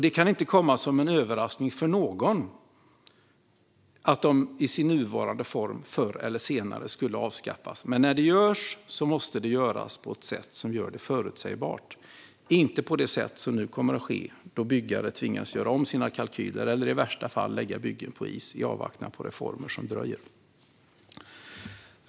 Det kan inte komma som en överraskning för någon att de, i sin nuvarande form, förr eller senare skulle avskaffas. Men när det görs måste det ske på ett sätt som gör det förutsägbart, inte på det sätt som nu kommer att ske då byggare tvingas göra om sina kalkyler eller i värsta fall lägga byggen på is, i avvaktan på reformer som dröjer.